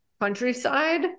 countryside